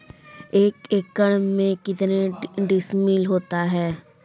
एक एकड़ में कितने डिसमिल होता है?